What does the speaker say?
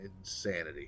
insanity